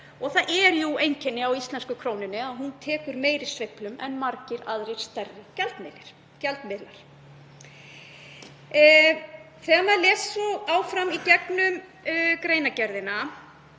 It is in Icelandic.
Það er einkenni á íslensku krónunni að hún tekur meiri sveiflum en margir aðrir stærri gjaldmiðlar. Þegar maður les áfram í gegnum greinargerðina